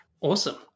Awesome